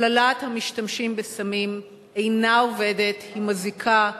הפללת המשתמשים בסמים אינה עובדת, היא מזיקה,